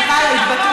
סליחה על ההתבטאות.